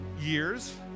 years